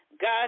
God